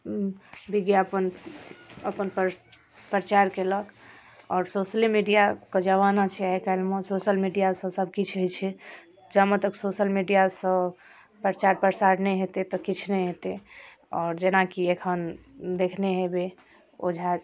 विज्ञापन अपन प्रचार केलक आओर सोशले मीडिआके जमाना छै आइकाल्हिमे सोशल मीडिआसँ सबकिछु होइ छै जामे तक सोशल मीडिआसँ प्रचार प्रसार नहि हेतै तऽ किछु नहि हेतै आओर जेनाकि एखन देखने हेबै ओझा